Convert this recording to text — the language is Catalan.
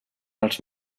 als